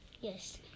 Yes